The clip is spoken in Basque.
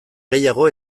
gehiago